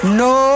no